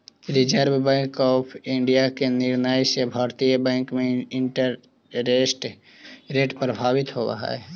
reserve bank of India के निर्णय से भारतीय बैंक में इंटरेस्ट रेट प्रभावित होवऽ हई